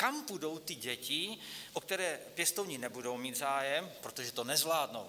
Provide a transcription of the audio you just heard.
Kam půjdou ty děti, o které pěstouni nebudou mít zájem, protože to nezvládnou?